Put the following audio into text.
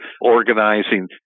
organizing